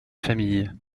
famille